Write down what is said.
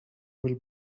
will